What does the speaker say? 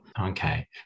okay